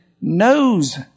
knows